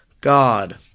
God